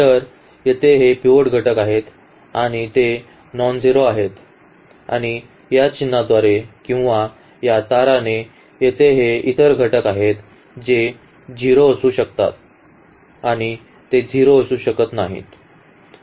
तर येथे हे पिव्होट घटक आहेत आणि ते नॉनझेरो आहेत आणि या चिन्हाद्वारे किंवा या ताराने येथे हे इतर घटक आहेत जे 0 असू शकतात आणि ते 0 असू शकत नाहीत